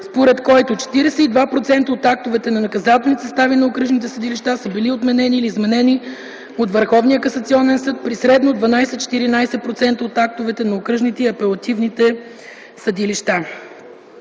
според който 42% от актовете на наказателните състави на окръжните съдилища са били отменени или изменени от Върховния касационния съд при средно 12 – 14% от актовете на окръжните и апелативните съдилища